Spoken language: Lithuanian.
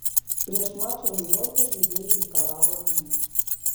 prieš mačą niujorke žaidėja reikalavo vyno